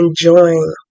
enjoying